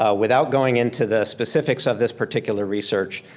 ah without going into the specifics of this particular research.